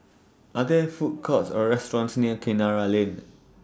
Are There Food Courts Or restaurants near Kinara Lane